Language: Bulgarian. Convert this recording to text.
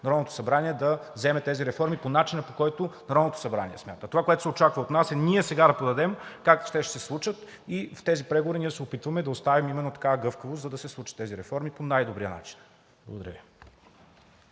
Народното събрание да вземе тези реформи по начина, по който смята. Това, което се очаква от нас, е сега да подадем как те ще се случат. В тези преговори се опитваме да оставим именно такава гъвкавост, за да се случат тези реформи по най-добрия начин. Благодаря Ви.